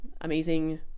amazing